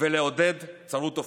ולעודד צרות אופקים.